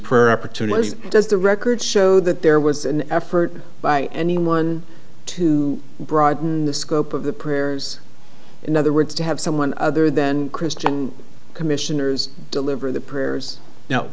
prayer opportunities does the record show that there was an effort by anyone to broaden the scope of the prayers in other words to have someone other than christian commissioners deliver the prayers now